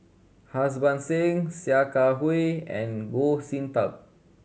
Harbans Singh Sia Kah Hui and Goh Sin Tub